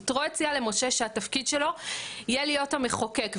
יתרו הציע למשה שהתפקיד שלו יהיה להיות המחוקק,